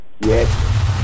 Yes